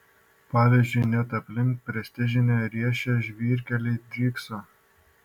pavyzdžiui net aplink prestižinę riešę žvyrkeliai drykso